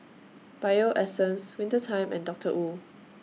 Bio Essence Winter Time and Doctor Wu